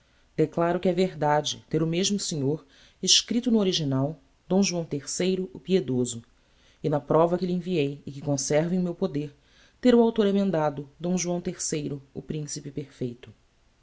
declaro que é verdade ter o mesmo snr escripto no original d joão iii o piedoso e na prova que lhe enviei e que conservo em meu poder ter o author emendado d joão iii o principe perfeito